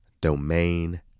domain